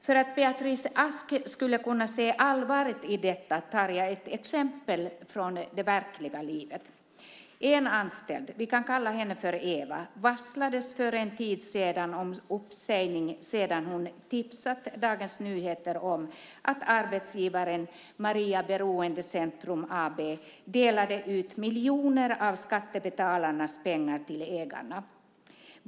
För att Beatrice Ask ska kunna se allvaret i detta tar jag ett exempel från det verkliga livet. En anställd - vi kan kalla henne för Eva - varslades för en tid sedan om uppsägning sedan hon tipsat Dagens Nyheter om att arbetsgivaren Maria Beroendecentrum AB delade ut miljoner av skattebetalarnas pengar till ägarna.